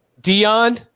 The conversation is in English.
Dion